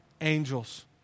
angels